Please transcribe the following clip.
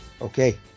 Okay